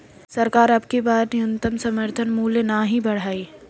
सरकार अबकी बार न्यूनतम समर्थन मूल्य नाही बढ़ाई